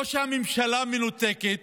או שהממשלה מנותקת